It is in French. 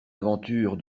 aventure